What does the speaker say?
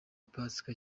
pasika